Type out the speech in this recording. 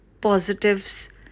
positives